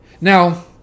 Now